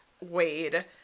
Wade